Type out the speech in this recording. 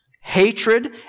hatred